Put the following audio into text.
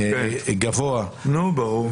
גבוה,